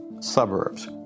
suburbs